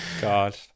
God